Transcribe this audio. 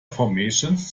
formations